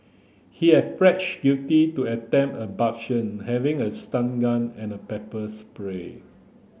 he had guilty to attempted abduction having a stun gun and a pepper spray